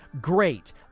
great